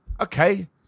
okay